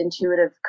intuitive